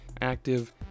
active